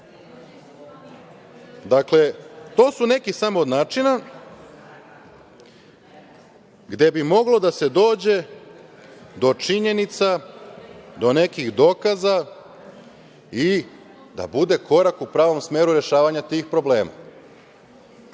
samo neki od načina gde bi moglo da se dođe do činjenica, do nekih dokaza i da bude korak u pravom smeru rešavanja tih problema. Mnogo